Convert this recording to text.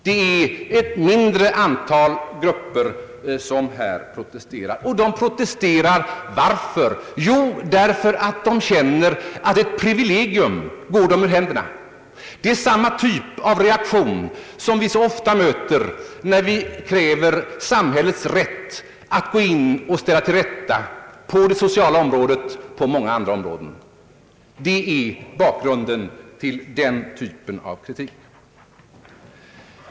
Det är ett mindre antal grupper som här protesterar. Och varför protesterar de? Jo, därför att de känner att ett privilegium går dem ur händerna. Det är samma typ av reaktion som vi så ofta möter när vi hävdar samhällets rätt att gå in och ställa till rätta på det sociala området och på många andra områden. Det är bakgrunden till den typen av kritik.